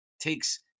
takes